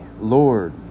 Lord